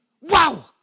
Wow